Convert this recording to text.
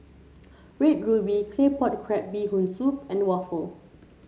Red Ruby Claypot Crab Bee Hoon Soup and waffle